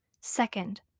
Second